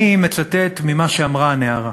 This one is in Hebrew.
אני מצטט ממה שאמרה הנערה: